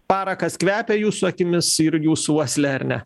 parakas kvepia jūsų akimis ir jūsų uosle ar ne